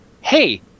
Hey